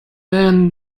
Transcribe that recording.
man